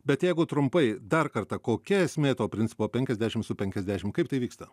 bet jeigu trumpai dar kartą kokia esmė to principo penkiasdešim su penkiasdešim kaip tai vyksta